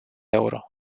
euro